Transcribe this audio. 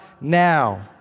now